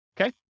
Okay